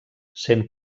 sent